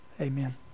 Amen